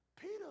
Peter